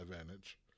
advantage